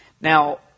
Now